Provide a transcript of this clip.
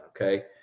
okay